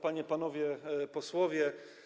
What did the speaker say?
Panie i Panowie Posłowie!